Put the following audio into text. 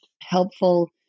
helpful